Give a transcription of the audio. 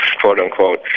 quote-unquote